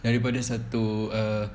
daripada satu uh